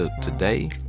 today